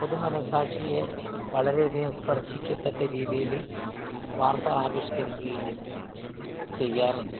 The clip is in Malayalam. പൊതു മനഃസാക്ഷിയെ വളരെയധികം സ്പർശിക്കത്തക്ക രീതിയിൽ വാർത്ത ആവിഷ്കരിക്കുകയും ചെയ്യാറുണ്ട്